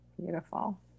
Beautiful